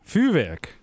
Vuurwerk